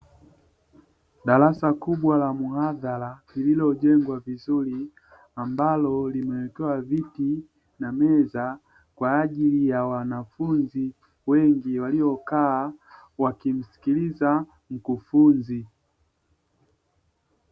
Darasa kubwa la muadhara lililojengwa vizuri ambalo limewekewa viti na meza, kwa ajili ya wanafunzi wengi waliokaa wakimsikiliza mkufunzi.